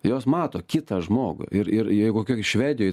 jos mato kitą žmogų ir ir jeigu kokioj švedijoj